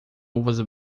luvas